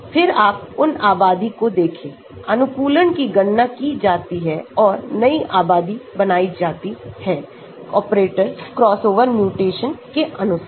फिर आप उन आबादी को देखें अनुकूलन की गणना की जाती है औरनई आबादी बनाई जाती है ऑपरेटर क्रॉसओवर म्यूटेशन के अनुसार